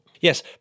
Yes